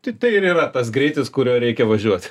tiktai ir yra tas greitis kuriuo reikia važiuoti